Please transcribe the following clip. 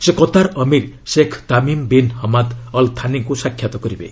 ସେ କତାର ଅମୀର Sheikh Tamim bin Hamad Al ଥାନିଙ୍କୁ ସାକ୍ଷାତ୍ କରିବେ